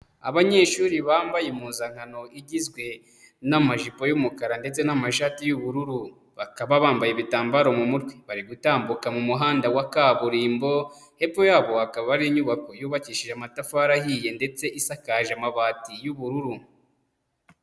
Abanyeshuri bambaye impuzankano igizwe n'amajipo y'umukara ndetse n'amashati y'ubururu. Bakaba bambaye ibitambaro mu mutwe. Bari gutambuka mu muhanda wa kaburimbo, hepfo yabo hakaba hari inyubako yubakishije amatafari ahiye ndetse isakaje amabati y'ubururu.